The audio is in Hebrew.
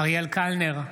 אריאל קלנר,